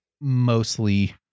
mostly